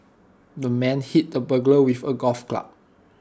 the man hit the burglar with A golf club